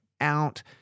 out